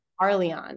Arleon